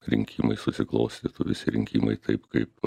rinkimai susiklostytų visi rinkimai taip kaip